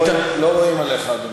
לא רואים עליך, אדוני.